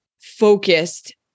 focused